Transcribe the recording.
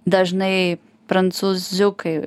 dažnai prancūziukai